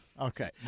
Okay